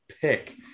pick